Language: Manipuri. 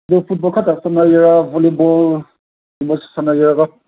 ꯐꯨꯠꯕꯣꯜ ꯈꯛꯇ ꯁꯥꯟꯅꯒꯦꯔ ꯚꯣꯂꯤꯕꯣꯜꯒꯨꯝꯕꯁꯨ ꯁꯥꯟꯅꯒꯦꯔ